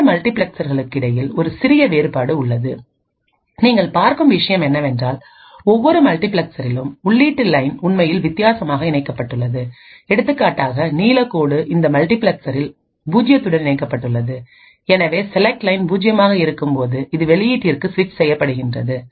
இரண்டு மல்டிபிளெக்சர்களுக்கிடையில் ஒரு சிறிய வேறுபாடு உள்ளது நீங்கள் பார்க்கும் விஷயம் என்னவென்றால் ஒவ்வொரு மல்டிபிளெக்சரிலும் உள்ளீட்டு லைன் உண்மையில் வித்தியாசமாக இணைக்கப்பட்டுள்ளது எடுத்துக்காட்டாக நீல கோடு இந்த மல்டிபிளெக்சரில் 0 உடன் இணைக்கப்பட்டுள்ளது எனவே செலக்ட் லைன் பூஜ்யமாக இருக்கும் போது இது வெளியீட்டிற்கு ஸ்விச் செய்யப்படுகின்றது